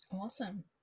Awesome